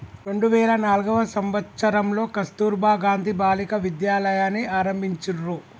రెండు వేల నాల్గవ సంవచ్చరంలో కస్తుర్బా గాంధీ బాలికా విద్యాలయని ఆరంభించిర్రు